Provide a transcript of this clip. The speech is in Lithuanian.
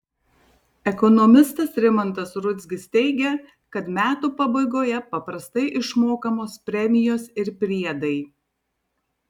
ekonomistas rimantas rudzkis teigia kad metų pabaigoje paprastai išmokamos premijos ir priedai